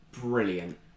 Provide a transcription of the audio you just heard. brilliant